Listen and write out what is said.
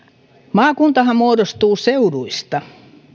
maakuntahan muodostuu seuduista